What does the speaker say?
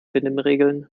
benimmregeln